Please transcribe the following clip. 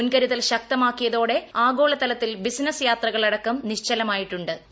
മുൻകരുതൽ ശക്തമാക്കിയതോടെ ആഗോളതലത്തിൽ ബിസിനസ് യാത്രകൾ അടക്കം നിശ്ചലമായിട്ടു്